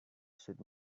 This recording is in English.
should